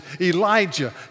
Elijah